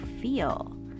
feel